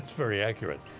very accurate.